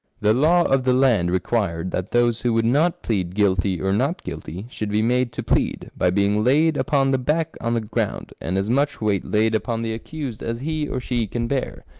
the law of the land required that those who would not plead guilty or not guilty, should be made to plead, by being laid upon the back on the ground, and as much weight laid upon the accused as he or she can bear,